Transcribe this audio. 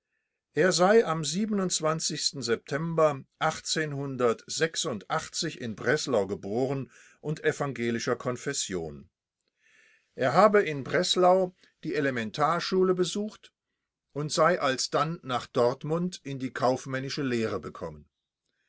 er sei am september in breslau geboren und evangelischer konfession er habe in breslau die elementarschule besucht und sei alsdann nach dortmund in die kaufmännische lehre gekommen